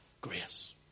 grace